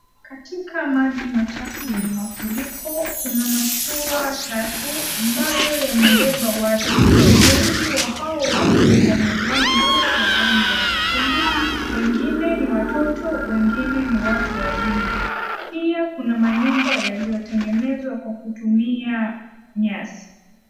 Katika maji machafu ya mafuriko kuna mashua tatu ambayo yamebeba watu, wengi wa hao watu wamevaa nguo ya rangi ya nyekundu, wengine ni watoto, wengine ni watu wazima, pia kuna manyumba yaliyotengenezwa kwa kutumia nyasi.